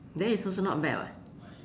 then it's also not bad [what]